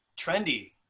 trendy